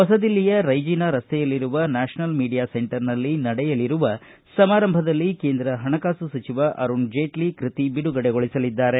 ಹೊಸದಿಲ್ಲಿಯ ರೈಜಿನಾ ರಸ್ತೆಯಲ್ಲಿರುವ national media ಸೆಂಟರ್ನಲ್ಲಿ ನಡೆಯಲಿರುವ ಸಮಾರಂಭದಲ್ಲಿ ಕೇಂದ್ರ ಹಣಕಾಸು ಸಚಿವ ಅರುಣ ಜೇಟ್ಲ ಕೃತಿ ಬಿಡುಗಡೆಗೊಳಿಸಲಿದ್ದಾರೆ